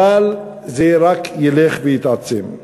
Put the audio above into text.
אבל זה רק ילך ויתעצם.